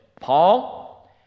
Paul